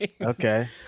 Okay